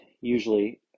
usually